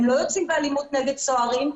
הם לא יוצאים באלימות נגד סוהרים,